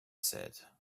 said